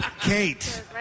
Kate